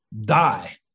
Die